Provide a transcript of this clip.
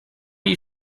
you